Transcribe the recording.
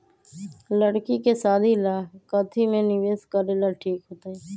लड़की के शादी ला काथी में निवेस करेला ठीक होतई?